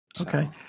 Okay